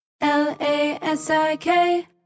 L-A-S-I-K